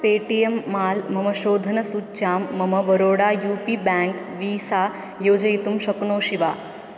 pay T M mall मम शोधनसूच्यां मम Baroda U P bank visa योजयितुं शक्नोषि वा